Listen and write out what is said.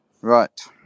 Right